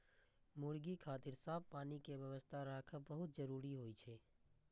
मुर्गी खातिर साफ पानी के व्यवस्था राखब बहुत जरूरी होइ छै